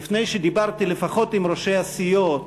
ולפני שדיברתי לפחות עם ראשי הסיעות,